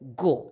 go